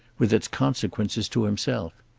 with its consequences to himself.